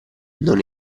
non